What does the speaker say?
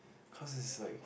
cause it's like